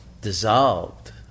dissolved